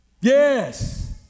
Yes